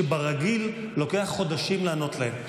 שברגיל לוקח חודשים לענות עליהן.